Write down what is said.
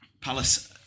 Palace